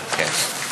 כן.